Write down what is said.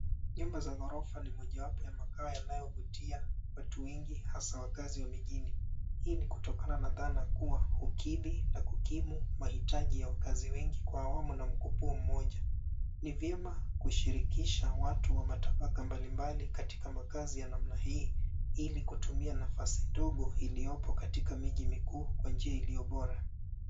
Nyumba za ghorofa ni mojawapo ya makao yanayovutia watu wengi hasa wakazi wa mijini. Hii ni kutokana na dhana kuwa hukidhi na kukimu mahitaji ya wakazi wengi kwa awamu na mkupuo mmoja. Ni vyema kushirikisha watu wa matabaka mbalimbali katika makazi ya namna hii, ili kutumia nafasi ndogo iliyopo katika miji mikuu iliyo bora.